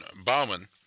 Bauman